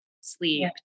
sleep